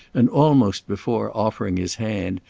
and almost before offering his hand,